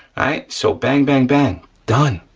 right so bang, bang, bang, done.